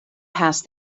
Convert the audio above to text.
past